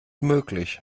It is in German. möglich